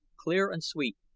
clear and sweet,